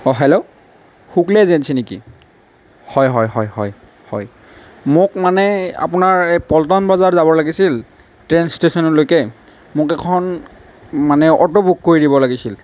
অঁ হেল্লো শুক্লে এজেঞ্চি নেকি হয় হয় হয় হয় হয় মোক মানে আপোনাৰ এই পল্টন বজাৰ যাব লাগিছিল ট্ৰেইন ষ্টেচনলৈকে মোক এখন মানে অ'টো বুক কৰি দিব লাগিছিল